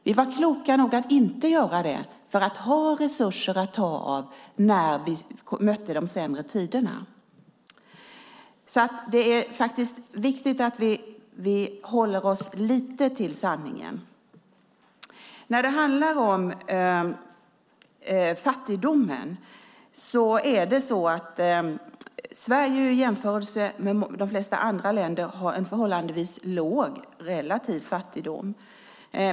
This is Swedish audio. Vi var kloka nog att inte göra det, för vi ville ha resurser att ta av när vi mötte de sämre tiderna. Det är faktiskt viktigt att vi håller oss lite till sanningen. När det handlar om fattigdomen har Sverige i jämförelse med de flesta andra länder en förhållandevis låg relativ fattigdom.